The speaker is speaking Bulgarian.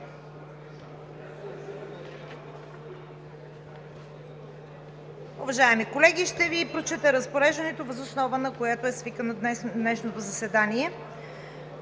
Уважаеми колеги, ще Ви прочета Разпореждането, въз основа на което е свикано днешното заседание: